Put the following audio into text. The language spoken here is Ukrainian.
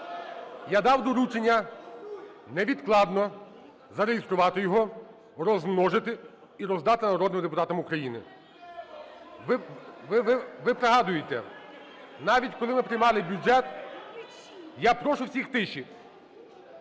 Я дав доручення невідкладно зареєструвати його, розмножити і роздати народним депутатам України. Ви пригадуєте, навіть коли ми приймали бюджет… Я прошу всіх тиші!